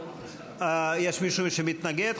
יש מישהו שמתנגד,